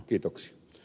kiitoksia